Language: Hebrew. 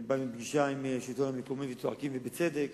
אני בא מפגישה עם השלטון המקומי, וצועקים, ובצדק.